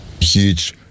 huge